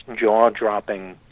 jaw-dropping